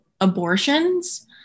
abortions